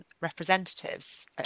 representatives